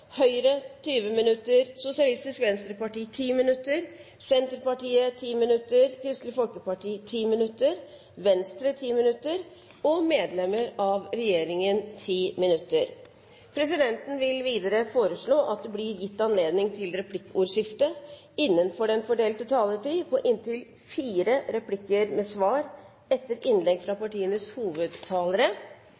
Høyre 20 minutter, Sosialistisk Venstreparti 10 minutter, Senterpartiet 10 minutter, Kristelig Folkeparti 10 minutter, Venstre 10 minutter og medlemmer av regjeringen 10 minutter. Presidenten vil videre foreslå at det blir gitt anledning til replikkordskifte på inntil fire replikker med svar etter innlegg fra